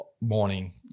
morning